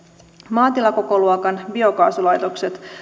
maatilakokoluokan biokaasulaitokset